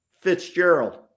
Fitzgerald